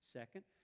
second